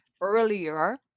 earlier